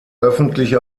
öffentliche